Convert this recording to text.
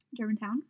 Germantown